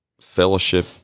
fellowship